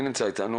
טוב,